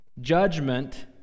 Judgment